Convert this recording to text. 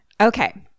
Okay